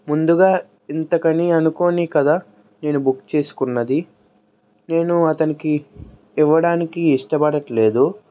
ముందుగా ఇంతకని అనుకోని కదా నేను బుక్ చేసుకున్నది నేను అతనికి ఇవ్వడానికి ఇష్టపడట్లేదు